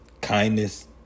kindness